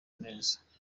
neza